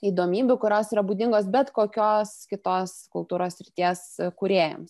įdomybių kurios yra būdingos bet kokios kitos kultūros srities kūrėjams